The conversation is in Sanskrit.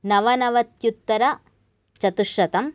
नवनवत्युत्तर चतुश्शतम्